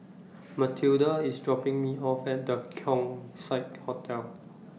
Mathilda IS dropping Me off At The Keong Saik Hotel